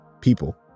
people